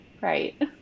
Right